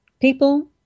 people